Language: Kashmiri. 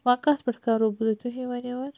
وۄنۍ کَتھ پٮ۪ٹھ کرہو بہٕ تۄہہِ تُہی ؤنِو وۄنۍ